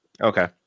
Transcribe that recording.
Okay